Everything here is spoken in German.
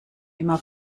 immer